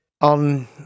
On